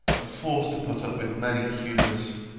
am forced to put up with many humours